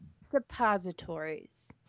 suppositories